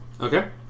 Okay